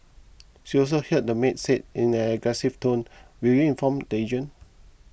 she also heard the maid say in an aggressive tone will you inform the agent